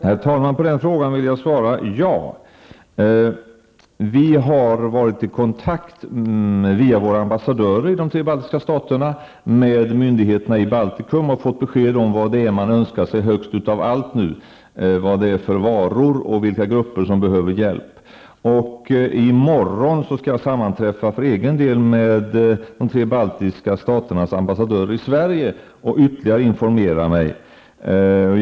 Herr talman! På den frågan vill jag svara: Ja. Via våra ambassadörer i de tre baltiska staterna har vi varit i kontakt med myndigheterna i Baltikum, och vi har fått besked om vad man önskar sig mest av allt nu, vilka varor det gäller och vilka grupper som behöver hjälp. I morgon skall jag sammanträffa med de tre baltiska staternas ambassadör i Sverige och ytterligare informera mig.